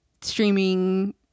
streaming